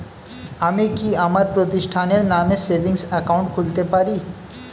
আমি কি আমার প্রতিষ্ঠানের নামে সেভিংস একাউন্ট খুলতে পারি?